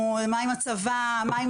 ויש דרכים